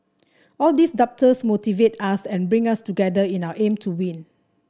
all these doubters motivate us and bring us together in our aim to win